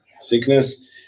sickness